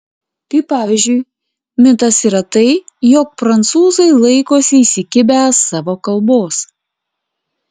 kaip pavyzdžiui mitas yra tai jog prancūzai laikosi įsikibę savo kalbos